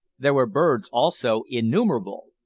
there were birds also, innumerable.